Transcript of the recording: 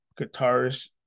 guitarist